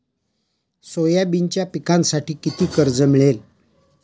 सोयाबीनच्या पिकांसाठी किती कर्ज मिळेल?